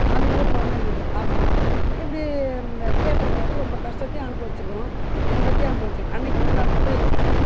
வந்து வீட்ல வந்து நின்றுடும் அப்பறம் இப்படி இந்த தேர்தலும்போது ரொம்ப கஷ்டத்தையும் அனுபவிச்சிருக்கிறோம் இன்பத்தையும் அனுபவிச்சிருக்க அன்னைக்கு ஒரு நாள் மட்டும் எங்களுக்கு ஃப்ரீ